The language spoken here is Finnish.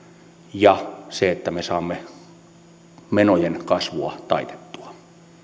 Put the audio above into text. ja se että me saamme menojen kasvua taitettua